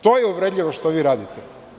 To je uvredljivo što vi radite.